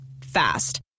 Fast